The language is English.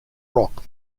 rock